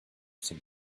seem